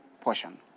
portion